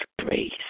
grace